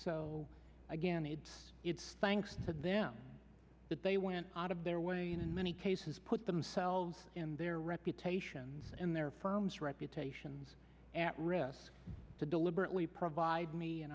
so again it's it's thanks to them that they went out of their way and in many cases put themselves in their reputations in their firm's reputations at risk to deliberately provide me an